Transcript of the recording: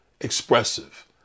expressive